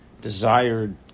desired